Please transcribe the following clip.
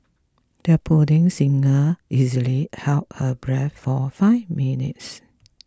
their budding singer easily held her breath for five minutes